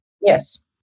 Yes